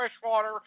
freshwater